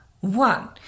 one